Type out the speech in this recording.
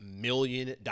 million